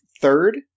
third